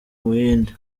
buhinde